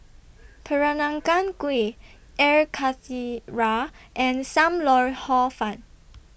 Peranakan Kueh Air Karthira and SAM Lau Hor Fun